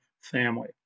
family